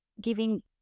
giving